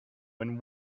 when